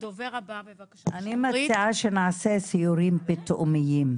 אני מציעה שאנחנו נעשה סיורים פתאומיים.